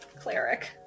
cleric